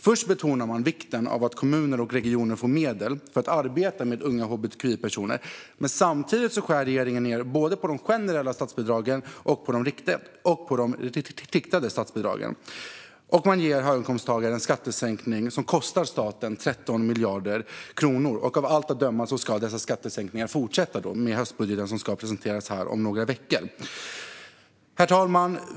Först betonar regeringen vikten av att kommuner och regioner får medel för att arbeta med unga hbtqi-personer, men samtidigt skär man ned på både de generella och de riktade statsbidragen. Sedan ger man höginkomsttagare en skattesänkning som kostar staten 13 miljarder kronor, och av allt att döma ska dessa skattesänkningar fortsätta i den höstbudget som presenteras om några veckor. Herr talman!